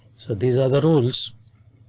so these are the rules.